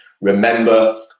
remember